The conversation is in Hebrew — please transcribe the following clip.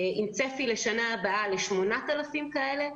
עם צפי לשנה הבאה ל-8,000 כאלה,